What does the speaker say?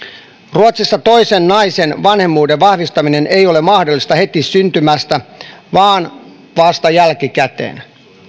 ruotsissa toisen naisen vanhemmuuden vahvistaminen ei ole mahdollista heti syntymästä lähtien vaan vasta jälkikäteen